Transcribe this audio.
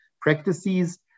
practices